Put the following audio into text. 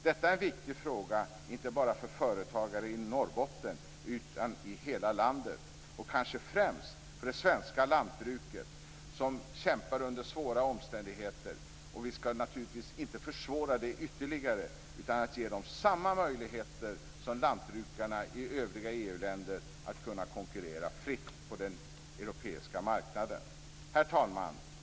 Detta är en viktig fråga för företagare inte bara i Norrbotten utan i hela landet, kanske främst för det svenska lantbruket, som kämpar under svåra omständigheter. Vi skall naturligtvis inte ytterligare försvåra för dem utan ge dem samma möjligheter som lantbrukarna i övriga EU-länder att konkurrera fritt på den europeiska marknaden. Herr talman!